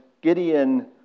Gideon